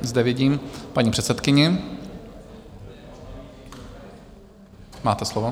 Zde vidím paní předsedkyni, máte slovo.